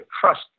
trust